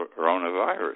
coronavirus